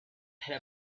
had